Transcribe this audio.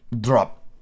drop